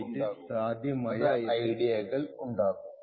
അതായതു 2 128 സാധ്യമായ ഐഡിയകൾ ഉണ്ടാകും